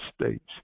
States